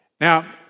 Now